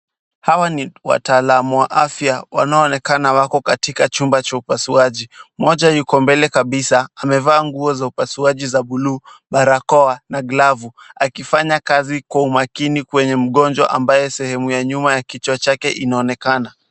Hawa ni wataalam wa afya wanaoonekana wako katika chumba cha upasuaji. Mmoja yuko mbele kabisa amevaa nguo za upasuaji za buluu, barakoa na glavu akifanya kazi kwa umakini kwenye mggonjwa ambaye sehemu ya nyuma ya kichwa chake inaonekana.